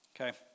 Okay